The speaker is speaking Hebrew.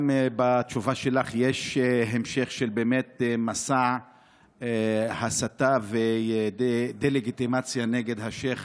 גם בתשובה שלך יש המשך של מסע הסתה ודה-לגיטימציה נגד השייח'